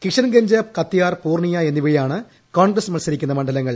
കിഷൻ ഗഞ്ച് കത്യാർ പുർണിയ എന്നിവയാണ് കോൺഗ്രസ്സ് മത്സരിക്കുന്ന മണ്ഡലങ്ങൾ